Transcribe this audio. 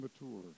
mature